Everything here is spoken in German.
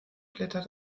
blätter